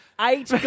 eight